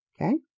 okay